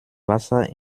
wasser